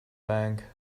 bank